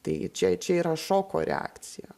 tai čia čia yra šoko reakcija